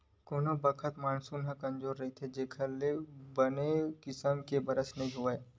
कोनो बखत मानसून ह कमजोर रहिथे जेखर ले बने किसम ले बरसा नइ होवय